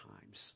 times